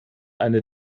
eine